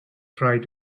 tried